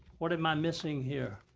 what am i missing here?